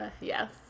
Yes